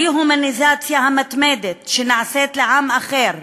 הדה-הומניזציה המתמדת שנעשית לעם אחר,